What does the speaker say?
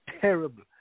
terrible